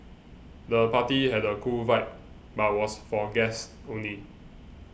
the party had a cool vibe but was for guests only